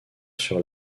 sur